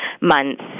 months